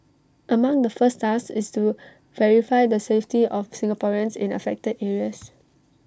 among the first task is to verify the safety of Singaporeans in affected areas